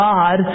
God